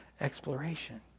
exploration